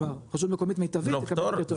כלומר רשות מקומית מיטבית -- לא פטור,